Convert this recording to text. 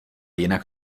jinak